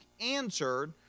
answered